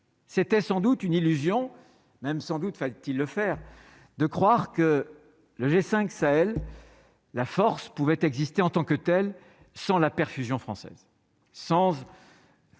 c'était sans doute une illusion, même sans doute fallait-il le faire, de croire que le G5 Sahel la force pouvait exister en tant que telle, sans la perfusion française sens